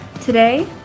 Today